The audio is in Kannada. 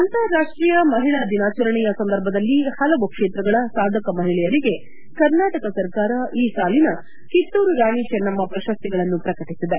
ಅಂತರಾಷ್ಷೀಯ ಮಹಿಳಾ ದಿನಾಚರಣೆಯ ಸಂದರ್ಭದಲ್ಲಿ ಹಲವು ಕ್ಷೇತ್ರಗಳ ಸಾಧಕ ಮಹಿಳೆಯರಿಗೆ ಕರ್ನಾಟಕ ಸರ್ಕಾರ ಈ ಸಾಲಿನ ಕಿತ್ತೂರು ರಾಣಿ ಚೆನ್ನಮ್ನ ಪ್ರಶಸ್ತಿಗಳನ್ನು ಪ್ರಕಟಿಸಿದೆ